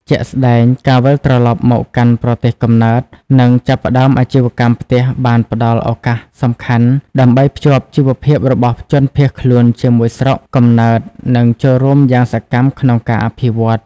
ជាក់ស្តែង ការវិលត្រឡប់មកកាន់ប្រទេសកំណើត និងចាប់ផ្តើមអាជីវកម្មផ្ទះបានផ្ដល់ឱកាសសំខាន់ ដើម្បីភ្ជាប់ជីវភាពរបស់ជនភៀសខ្លួនជាមួយស្រុក កំណើត និងចូលរួមយ៉ាងសកម្មក្នុងការអភិវឌ្ឍ។